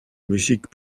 musique